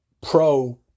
pro